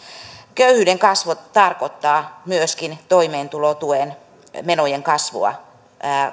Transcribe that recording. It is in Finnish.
köyhyyden kasvu tarkoittaa myöskin toimeentulotuen menojen kasvua